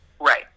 Right